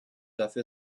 dafür